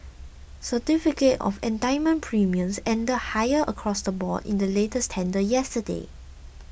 certificate of entitlement premiums ended higher across the board in the latest tender yesterday